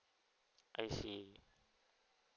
I see